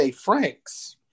Franks